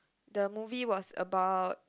the movie was about